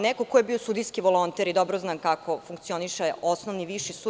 Neko sam ko je bio sudijski volonter i dobro znam kako funkcioniše osnovni i viši sud.